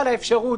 הסכמתי,